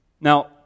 Now